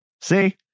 see